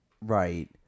Right